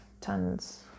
tons